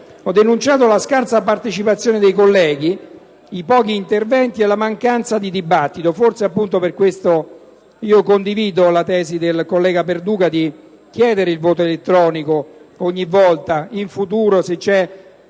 Ho denunciato la scarsa partecipazione dei colleghi, i pochi interventi e la mancanza di dibattito. Forse appunto per questo condivido la tesi del collega Perduca di chiedere il voto elettronico in futuro se non